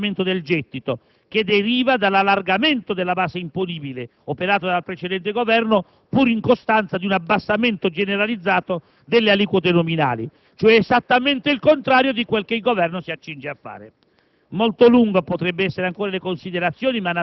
in parte significativa almeno, al positivo andamento del gettito che deriva dall'allargamento della base imponibile operato dal precedente Governo, pur in costanza di un abbassamento generalizzato delle aliquote nominali, cioè esattamente il contrario di quel che il Governo si accinge a fare.